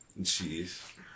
Jeez